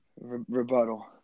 rebuttal